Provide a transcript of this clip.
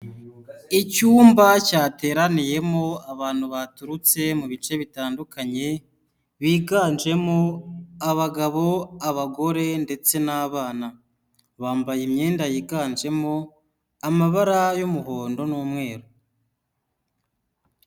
Icyumba cyateraniyemo abantu baturutse mu bice bitandukanye, biganjemo abagabo, abagore ndetse n'abana. Bambaye imyenda yiganjemo amabara y'umuhondo n'umweru.